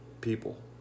people